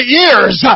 years